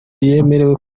yemerewe